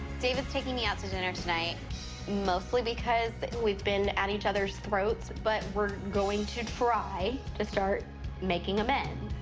david's taking me out to dinner tonight mostly because we've been at each other's throats. but we're going to try to start making amends.